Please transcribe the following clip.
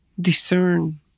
discern